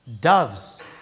doves